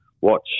watch